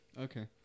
Okay